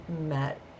met